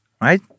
right